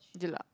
jelak